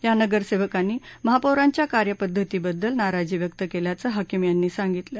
या नगरसेवकांनी महापौरांच्या कार्यपद्धतीद्दल नाराजी व्यक्त केल्याच हाकीम यांनी सांगितलं